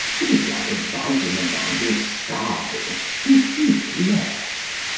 it is like advising a man who is starving to eat less.